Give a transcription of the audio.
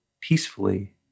peacefully